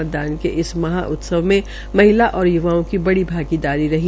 मतदान के इस महा उत्सव में महिला और य्वाओं की बड़ी भागीदारी रही